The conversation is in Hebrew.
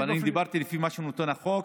דיברתי לפי מה שאומר החוק,